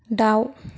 दाउ